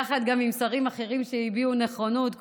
יחד עם שרים אחרים שהביעו נכונות,